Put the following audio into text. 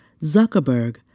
Zuckerberg